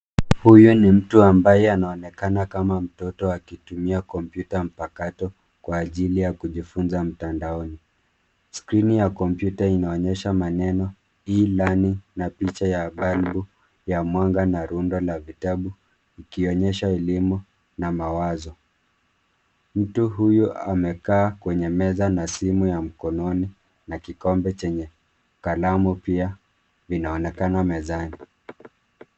Huyu ni mtu ambaye anaonekana kama mtoto akitumia kompyuta mpakato kwa ajili ya kujifunza mtandaoni. Skrini ya kompyuta inaonyesha maneno e-learning na picha ya balbu ya mwanga na rundo la vitabu ikionyesha elimu na mawazo. Mtu huyu amekaa kwenye meza na simu ya mkononi na kikombe chenye kalamu pia vinaonekana mezani.